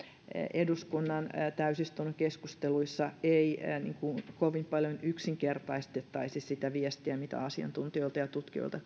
eduskunnan täysistunnon keskusteluissa ei kovin paljon yksinkertaistettaisi sitä viestiä mitä asiantuntijoilta ja tutkijoilta